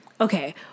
okay